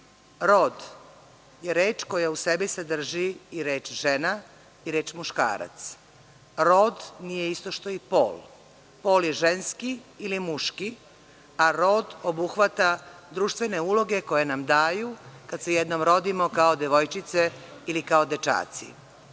je reč koja u sebi sadrži i reč žena i reč muškarac. Rod nije isto što i pol. Pol je ženski ili muški, a rod obuhvata društvene uloge koje nam daju kad se jednom rodimo kao devojčice ili kao dečaci.